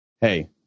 Hey